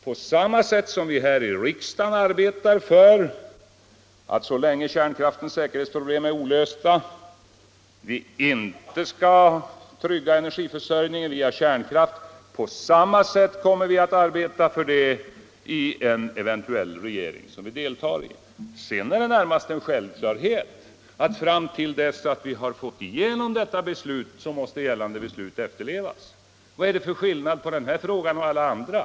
På samma sätt som vi här i riksdagen arbetar för att, så länge kärnkraftens säkerhetsproblem är olösta, vi inte skall trygga energiförsörjningen via kärnkraft, på samma sätt kommer vi att arbeta för detta i en eventuell regering som vi deltar i. Sedan är det närmast en självklarhet att fram till dess att vi har fått igenom ett sådant beslut, måste gällande beslut efterlevas. Vad är det för skillnad på den här frågan och alla andra?